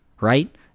right